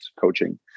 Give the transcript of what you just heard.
coaching